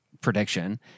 prediction